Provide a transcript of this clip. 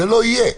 זה לא יהיה.